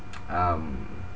um